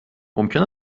ممکن